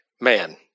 man